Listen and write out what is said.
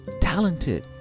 talented